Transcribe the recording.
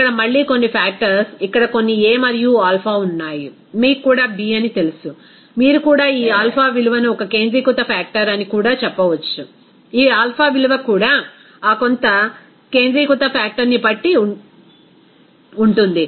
ఇక్కడ మళ్ళీ కొన్ని ఫాక్టర్స్ ఇక్కడ కొన్ని a మరియు ఆల్ఫా ఉన్నాయి మీకు కూడా b అని తెలుసు మీరు కూడా ఈ ఆల్ఫా విలువను ఒక కేంద్రీకృత ఫాక్టర్ అని కూడా చెప్పవచ్చు ఈ ఆల్ఫా విలువ కూడా ఆ కొంత కేంద్రీకృత ఫాక్టర్ ని బట్టి ఉంటుంది